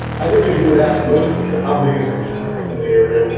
i think if you would ask most people how big is construction in the area,